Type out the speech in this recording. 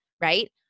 right